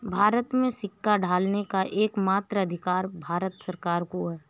भारत में सिक्का ढालने का एकमात्र अधिकार भारत सरकार को है